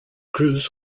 cruz